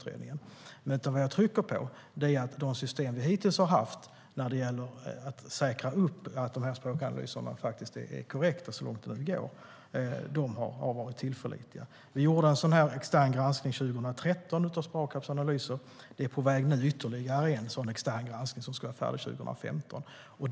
Men det jag trycker på är att de system vi hittills har haft när det gäller att säkra att språkanalyserna är korrekta så långt det nu går har varit tillförlitliga. Vi gjorde en extern granskning av Sprakabs analyser 2013, och ytterligare en extern granskning är på väg och ska vara klar 2015.